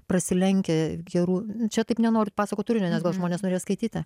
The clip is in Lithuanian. prasilenkia gerų čia taip nenoriu pasakot turinio nes gal žmonės norės skaityti